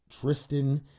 tristan